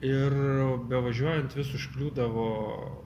ir bevažiuojant vis užkliūdavo